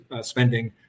spending